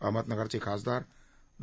अहमदनगरचे खासदार डॉ